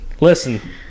listen